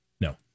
No